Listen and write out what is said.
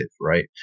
right